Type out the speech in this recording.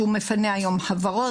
שהוא מפנה היום חברות,